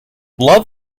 love